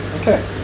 Okay